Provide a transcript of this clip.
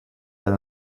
than